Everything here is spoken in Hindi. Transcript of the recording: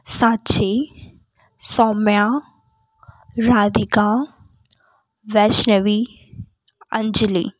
साक्षी सौम्या राधिका वैश्नवी अंजली